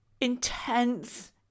intense